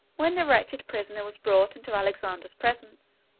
when the wretched prisoner was brought into alexander's presence,